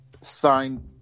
signed